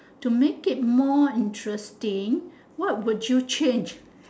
to make it more interesting what would you change